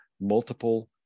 multiple